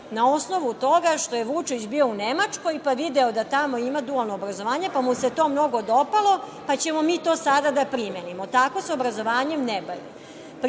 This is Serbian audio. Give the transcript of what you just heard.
na osnovu toga što je Vučić bio u Nemačkoj pa video da tamo ima dualno obrazovanje, pa mu se to mnogo dopalo, pa ćemo mi to sada da primenimo. Tako se obrazovanje ne bavi. Pri